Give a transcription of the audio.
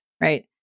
right